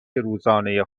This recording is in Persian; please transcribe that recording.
روزانه